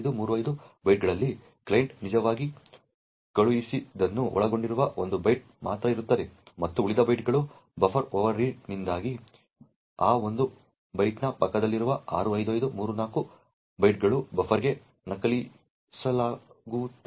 ಆದ್ದರಿಂದ ಈ 65535 ಬೈಟ್ಗಳಲ್ಲಿ ಕ್ಲೈಂಟ್ ನಿಜವಾಗಿ ಕಳುಹಿಸಿದ್ದನ್ನು ಒಳಗೊಂಡಿರುವ ಒಂದು ಬೈಟ್ ಮಾತ್ರ ಇರುತ್ತದೆ ಮತ್ತು ಉಳಿದ ಬೈಟ್ಗಳು ಬಫರ್ ಓವರ್ರೀಡ್ನಿಂದಾಗಿ ಆ ಒಂದು ಬೈಟ್ನ ಪಕ್ಕದಲ್ಲಿರುವ 65534 ಬೈಟ್ಗಳನ್ನು ಬಫರ್ಗೆ ನಕಲಿಸಲಾಗುತ್ತದೆ